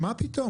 מה פתאום.